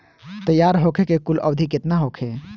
तैयार होखे के कुल अवधि केतना होखे?